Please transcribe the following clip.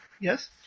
Yes